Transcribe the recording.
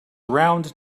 round